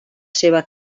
seva